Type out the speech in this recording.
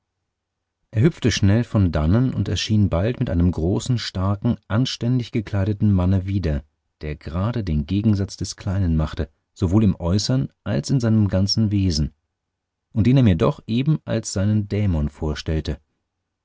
er hüpfte schnell von dannen und erschien bald mit einem großen starken anständig gekleideten manne wieder der gerade den gegensatz des kleinen machte sowohl im äußern als in seinem ganzen wesen und den er mir doch eben als seinen dämon vorstellte